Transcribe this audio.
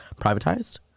privatized